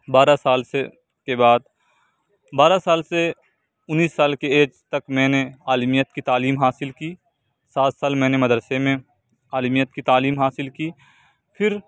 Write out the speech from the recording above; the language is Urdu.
بارہ سال سے کے بعد بارہ سال سے انیس سال کی ایج تک میں نے عالمیت کی تعلیم حاصل کی سات سال میں نے مدرسے میں عالمیت کی تعلیم حاصل کی پھر